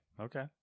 Okay